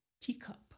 teacup